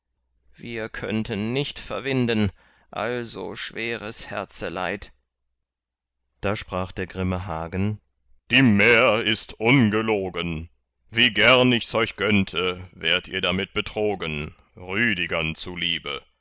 wir könnten nicht verwinden also schweres herzeleid da sprach der grimme hagen die mär ist ungelogen wie gern ichs euch gönnte wärt ihr damit betrogen rüdigern zuliebe